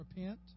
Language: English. repent